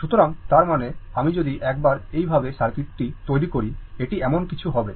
সুতরাং তার মানে আমি যদি একবার এই ভাবে সার্কিট তৈরি করি এটি এমন কিছু হবে